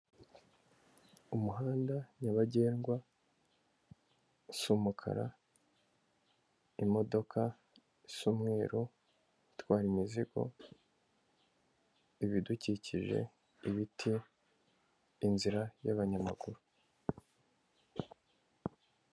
Umuhanda nyabagendwa usa umukara, imodoka isa umweruru itwara imizigo, ibidukikije, ibiti, inzira y'abanyamaguru.